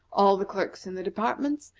all the clerks in the departments,